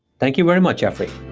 thank you very much, jeffrey